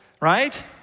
right